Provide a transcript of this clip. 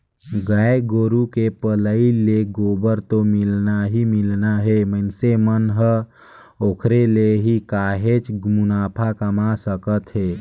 गाय गोरु के पलई ले गोबर तो मिलना ही मिलना हे मइनसे मन ह ओखरे ले ही काहेच मुनाफा कमा सकत हे